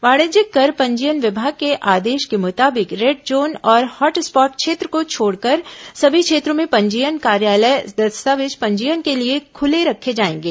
वाणिज्यिक कर पंजीयन विभाग के आदेश के मुताबिक रेड जोन और हॉट स्पॉट क्षेत्र को छोड़कर सभी क्षेत्रों में पंजीयन कार्यालय दस्तावेज पंजीयन के लिए खुले रखे जाएंगे